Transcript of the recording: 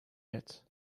yet